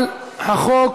על חוק